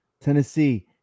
Tennessee